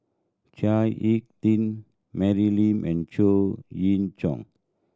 Chao Hick Tin Mary Lim and Chow Chee Yong